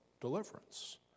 deliverance